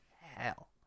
hell